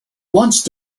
once